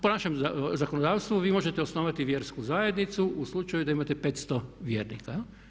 Po našem zakonodavstvu vi možete osnovati vjersku zajednicu u slučaju da imate 500 vjernika.